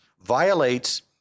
violates